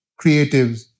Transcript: creatives